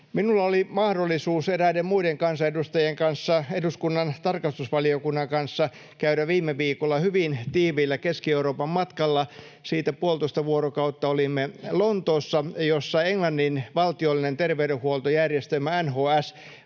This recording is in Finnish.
Minulla oli mahdollisuus eräiden muiden kansanedustajien kanssa, eduskunnan tarkastusvaliokunnan kanssa, käydä viime viikolla hyvin tiiviillä Keski-Euroopan matkalla. Siitä puolitoista vuorokautta olimme Lontoossa, jossa Englannin valtiollinen terveydenhuoltojärjestelmä NHS